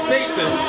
Satan